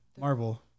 Marvel